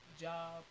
job